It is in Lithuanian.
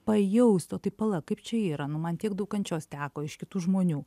pajaust o tai pala kaip čia yra nu man tiek daug kančios teko iš kitų žmonių